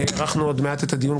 הארכנו עוד מעט את הדיון,